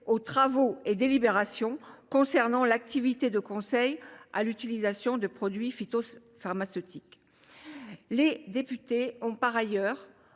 aux travaux et aux délibérations relatifs à l’activité de conseil en matière d’utilisation de produits phytopharmaceutiques. Les députés ont par ailleurs